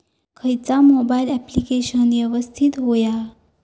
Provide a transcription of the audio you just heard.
खयचा mobile application यवस्तित होया?